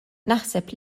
naħseb